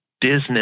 business